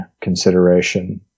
consideration